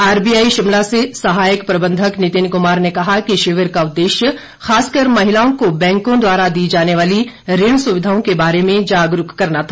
RBI Shimla से सहायक प्रबंधक नितिन कुमार ने कहा कि शिविर का उद्देश्य खासकर महिलाओं को बैंकों द्वारा दी जाने वाली ऋण सुविधाओं के बारे में जागरूक करना था